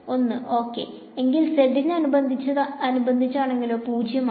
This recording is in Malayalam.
1 ഓക്കേ എങ്കിൽ z ന് അനുബന്ധിച്ചാനെങ്കിലോ 0 അല്ലെ